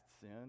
sin